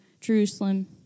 Jerusalem